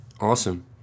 awesome